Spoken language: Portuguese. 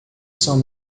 são